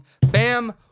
Bam